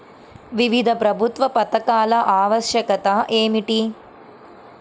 వివిధ ప్రభుత్వ పథకాల ఆవశ్యకత ఏమిటీ?